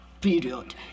period